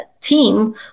team